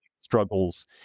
struggles